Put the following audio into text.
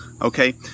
okay